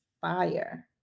fire